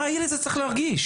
מה הילד הזה צריך להרגיש?